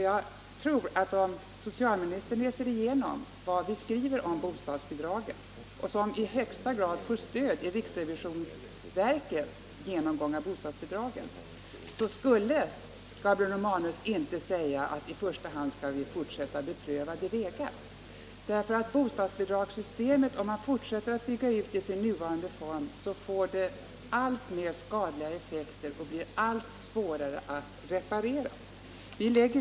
Jag tror att om socialministern läste igenom det som vi skriver om bostadsbidragen och som i högsta grad beläggs av riksrevisionsverkets genomgång av bostadsbidragen, så skulle han inte säga att vi i första hand skall gå vidare på beprövade vägar. Om man fortsätter att bygga ut bostadsbidragssystemet i dess nuvarande form, får det allt större skadliga effekter som det blir allt svårare att reparera.